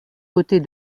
côtés